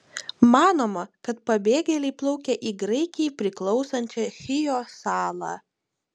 manoma kad pabėgėliai plaukė į graikijai priklausančią chijo salą